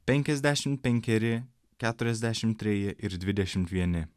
penkiasdešim penkeri keturiasdešim treji ir dvidešimt vieni